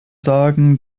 sagen